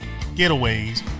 getaways